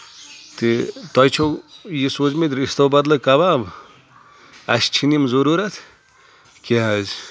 تہٕ تۄہہِ چھو یہِ سوٗزمٕتۍ رِستو بدلہٕ کَبابہٕ اَسہِ چھِنہٕ یِم ضروٗرت کیٛاہ حظ